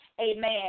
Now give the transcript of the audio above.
Amen